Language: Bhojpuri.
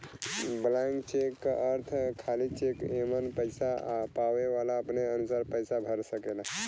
ब्लैंक चेक क अर्थ खाली चेक एमन पैसा पावे वाला अपने अनुसार पैसा भर सकेला